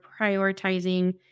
prioritizing